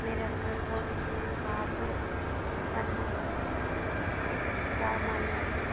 मेरा घर का कार्य करना इस सबकी राय मानना है